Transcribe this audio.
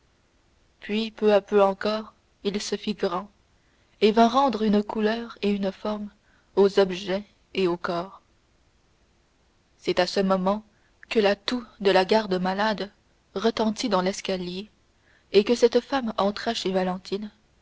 puis peu à peu encore il se fit grand et vint rendre une couleur et une forme aux objets et aux corps c'est à ce moment que la toux de la garde-malade retentit dans l'escalier et que cette femme entra chez valentine